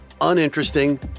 uninteresting